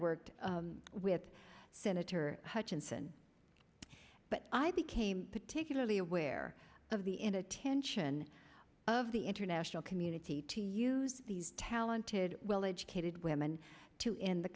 worked with senator hutchinson but i became particularly aware of the in attention of the international community to use these talented well educated women to in the